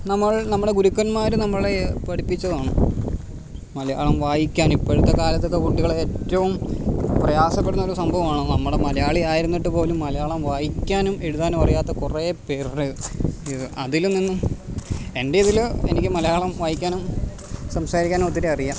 നമ്മൾ നമ്മുടെ ഗുരുക്കന്മാര് നമ്മളേ പഠിപ്പിച്ചതാണ് മലയാളം വായിക്കാനിപ്പോഴത്തെ കാലത്തൊക്കെ കുട്ടികളേറ്റവും പ്രയാസപ്പെടുന്നൊരു സംഭവമാണ് നമ്മള് മലയാളിയായിരുന്നിട്ടുപോലും മലയാളം വായിക്കാനും എഴുതാനുമറിയാത്ത കുറേപ്പേര് അതില്നിന്നും എൻ്റെതില് എനിക്ക് മലയാളം വായിക്കാനും സംസാരിക്കാനുമൊത്തിരി അറിയാം